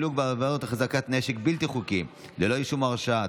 חילוט בעבירות החזקת נשק בלתי חוקי ללא אישום או הרשעה),